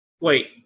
wait